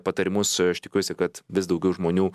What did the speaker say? patarimus aš tikiuosi kad vis daugiau žmonių